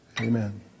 Amen